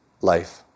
life